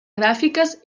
gràfiques